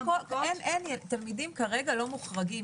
תלמידים כרגע לא מוחרגים,